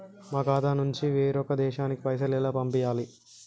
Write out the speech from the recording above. మా ఖాతా నుంచి వేరొక దేశానికి పైసలు ఎలా పంపియ్యాలి?